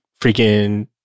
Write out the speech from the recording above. freaking